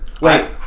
Wait